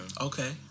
Okay